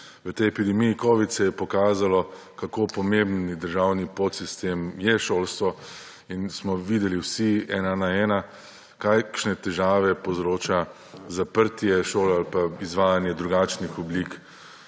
V tej epidemiji covida se je pokazalo, kako pomemben državni podsistem je šolstvo, in smo videli vsi ena na ena, kakšne težave povzroča zaprtje šol ali izvajanje drugačnih oblik